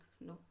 no